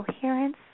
coherence